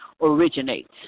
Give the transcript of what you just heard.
originates